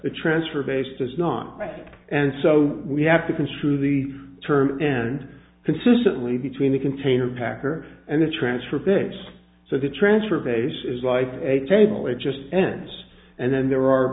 the transfer base does not break and so we have to construe the term and consistently between the container packer and the transfer bits so the transfer base is like a table it just ends and then there are